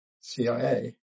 CIA